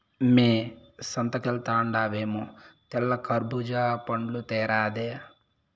మ్మే సంతకెల్తండావేమో తెల్ల కర్బూజా పండ్లు తేరాదా